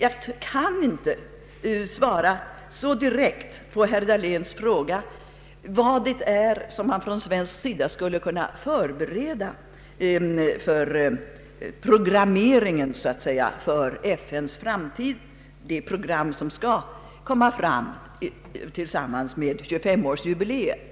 Jag kan inte svara direkt på herr Dahléns fråga vad som från svensk sida skulle förberedas beträffande de program som skall göras upp i samband med FN:s 25-årsjubileum.